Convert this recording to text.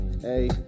Hey